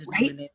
right